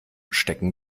stecken